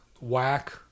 whack